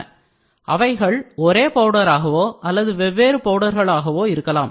அந்தப் அவைகள் ஒரே பவுடராகவோ அல்லது வெவ்வேறு பவுடர்களாகவோ இருக்கலாம்